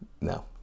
no